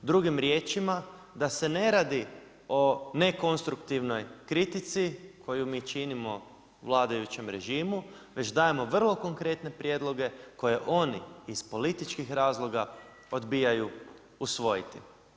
Drugim riječima, da se ne radi o nekonstruktivnoj kritici koju mi činimo vladajućem režimu, već dajemo vrlo konkretne prijedloge koje oni iz političkih razloga odbijaju usvojiti.